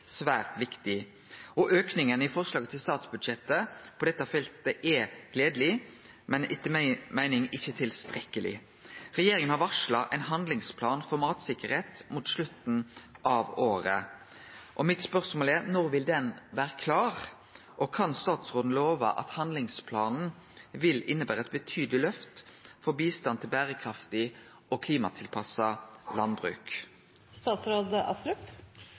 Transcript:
svært viktig. Auken i forslaget til statsbudsjett på dette feltet er gledeleg, men etter mi meining ikkje tilstrekkeleg. Regjeringa har varsla ein handlingsplan for matsikkerheit mot slutten av året. Spørsmålet mitt er: Når vil han vere klar, og kan statsråden love at handlingsplanen vil innebere eit betydeleg løft for bistanden til berekraftig og klimatilpassa